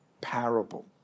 parable